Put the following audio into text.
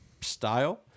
style